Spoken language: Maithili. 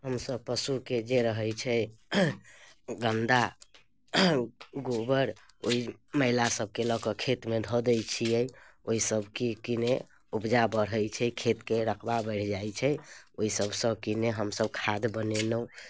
हमसभ पशुके जे रहै छै गन्दा गोबर ओहि मैलासभके लऽ कऽ खेतमे धऽ दै छियै ओहिसभके किने उपजा बढ़ै छै खेतके रकबा बढ़ि जाइत छै ओहिसभसँ किने हमसभ खाद बनेलहुँ